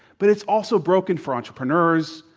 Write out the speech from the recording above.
but it's also broken for entrepreneurs,